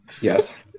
Yes